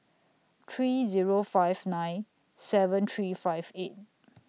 three Zero five nine seven three five eight